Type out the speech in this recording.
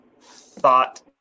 thought